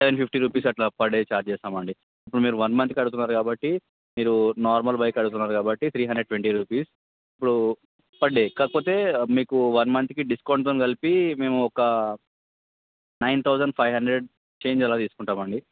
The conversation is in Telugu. సెవెన్ ఫిఫ్టి రూపీస్ అట్లా పర్ డే ఛార్జ్ చేస్తాం అండి ఇప్పుడు మీరు వన్ మంత్కి అడుగుతున్నారు కాబట్టి మీరు నార్మల్ బైక్ అడుగుతున్నారు కాబట్టి త్రీ హాండ్రెడ్ ట్వంటీ రూపీస్ ఇప్పుడు పర్ డే కాకపోతే ఇప్పుడు మీకు వన్ మంత్కి డిస్కౌంట్తో కలిపి మేము ఒక nine thousand five hundred change అలా తీసుకుంటాం అండి